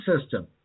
system